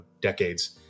decades